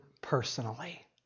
personally